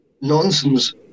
Nonsense